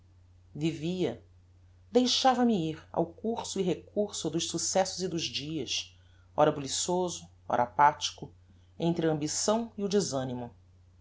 vivia deixava-me ir ao curso e recurso dos successos e dos dias ora boliçoso ora apathico entre a ambição e o desanimo